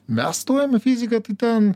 mes stojom į fiziką tai ten